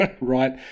right